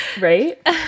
Right